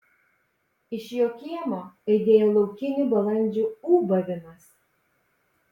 iš jo kiemo aidėjo laukinių balandžių ūbavimas